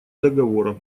договора